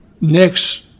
Next